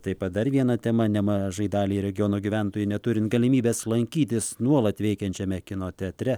taip pat dar viena tema nemažai daliai regiono gyventojų neturint galimybės lankytis nuolat veikiančiame kino teatre